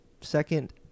second